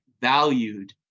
valued